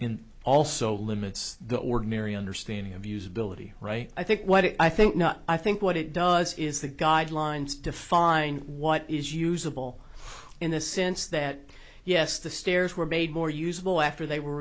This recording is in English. in also limits the ordinary understanding of usability i think what i think not i think what it does is the guidelines define what is usable in the sense that yes the stairs were made more usable after they were